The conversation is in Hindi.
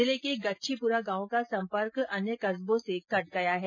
जिले के गच्छीपुरा गांव का सम्पर्क अन्य कस्बो से कट गया है